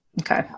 Okay